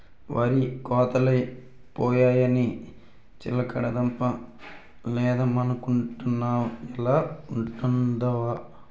వరి కోతలై పోయాయని చిలకడ దుంప లేద్దమనుకొంటున్నా ఎలా ఉంటదంటావ్?